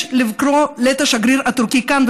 יש לקרוא את השגריר הטורקי כאן,